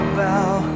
bow